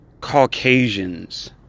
Caucasians